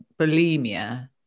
bulimia